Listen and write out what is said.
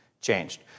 changed